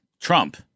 Trump